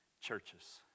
churches